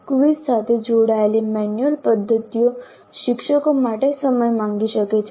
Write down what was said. quiz સાથે જોડાયેલી manual પદ્ધતિઓ શિક્ષકો માટે સમય માંગી શકે છે